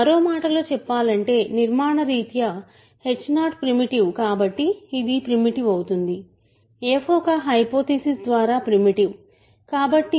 మరో మాటలో చెప్పాలంటే నిర్మాణరిత్యా h 0ప్రిమిటివ్ కాబట్టి ఇది ప్రిమిటివ్ అవుతుంది f ఒక హైపోథిసిస్ ద్వారా ప్రిమిటివ్